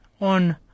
on